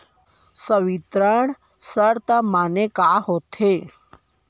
संवितरण शर्त माने का होथे?